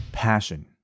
passion